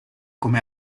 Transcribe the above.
come